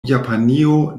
japanio